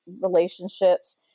relationships